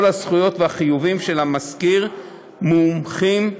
כל הזכויות והחיובים של המשכיר מומחים,